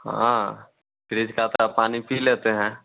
हाँ फ्रिज का अपना पानी पी लेते हैं